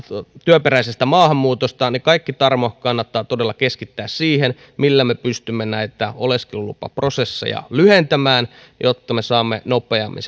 työperäisestä maahanmuutosta kaikki tarmo kannattaa todella keskittää siihen millä me pystymme näitä oleskelulupaprosesseja lyhentämään jotta me saamme nopeammin